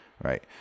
right